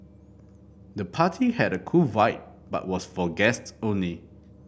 the party had a cool vibe but was for guests only